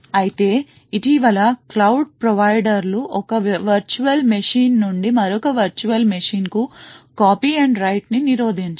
అయితే ఇటీవల cloud provider లు ఒక వర్చువల్ మెషీన్ నుండి మరొక వర్చువల్ మెషీన్కు copy and write ని నిరోధించారు